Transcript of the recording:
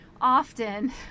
often